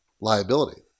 liability